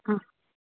ஆ